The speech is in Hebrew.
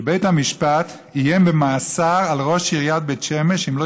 שבית המשפט איים במאסר על ראש עיריית בית שמש אם לא